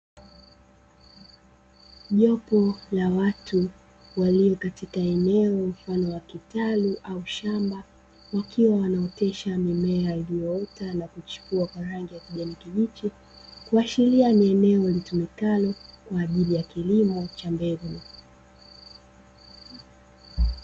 Jopo la watu walio katika eneo mfano wa kitalu au shamba wakiwa wanaotesha mimea iliyoota na kuchipua kwa rangi ya kijani kibichi, kuashiria ni eneo litumikalo kwa ajili ya kilimo cha mbegu.